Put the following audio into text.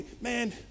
Man